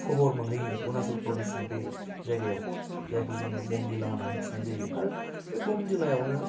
सहर मोनहैयो अरुणाचल प्रदेशनि बे जायगायाव जायखौ जोङो बमदिला होन्नानै मिथिनाय जायो आरो बे बमदिलाआवनो